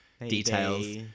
details